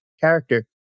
character